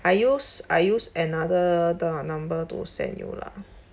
I use I use another the number to send you lah